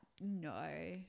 no